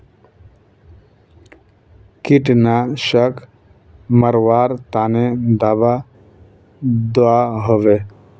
कीटनाशक मरवार तने दाबा दुआहोबे?